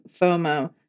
FOMO